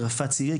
"רפא צירי",